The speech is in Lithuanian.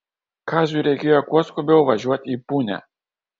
kaziui reikėjo kuo skubiau važiuot į punią